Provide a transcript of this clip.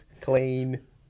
clean